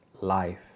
life